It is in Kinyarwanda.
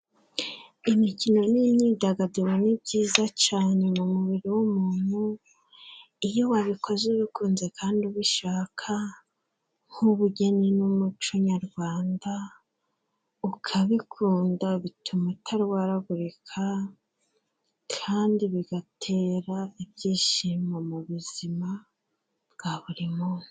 Imikino n'imyidagaduro ni byiza cyane mu mubiri w'umuntu，iyo wabikoze ubikunze kandi ubishaka nk'ubugeni n'umuco nyarwanda， ukabikunda bituma utarwaragurika kandi bigatera ibyishimo mu buzima bwa buri munsi．